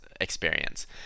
experience